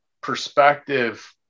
perspective